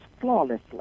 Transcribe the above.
flawlessly